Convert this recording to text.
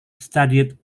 studied